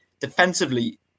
defensively